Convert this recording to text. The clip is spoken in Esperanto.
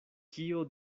kio